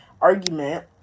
argument